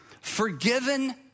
Forgiven